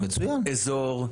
אזור,